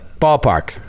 Ballpark